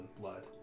Blood